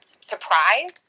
surprise